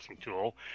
tool